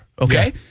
Okay